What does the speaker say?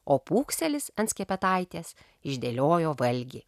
o pūkselis ant skepetaitės išdėliojo valgį